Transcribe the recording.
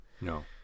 No